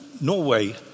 Norway